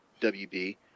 WB